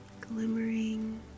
glimmering